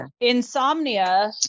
Insomnia